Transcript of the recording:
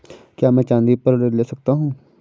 क्या मैं चाँदी पर ऋण ले सकता हूँ?